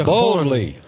boldly